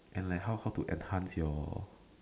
and like how how to enhance your